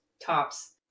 tops